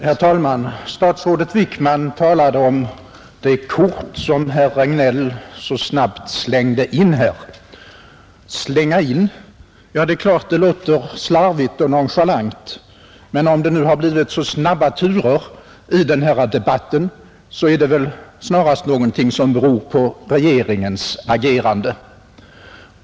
Herr talman! Statsrådet Wickman talade om det kort som jag så snabbt slängde in i debatten. ”Slänga in” låter slarvigt och nonchalant, men om det nu har blivit så snabba turer i denna debatt, är väl detta snarast någonting som beror på regeringens agerande.